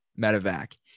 medevac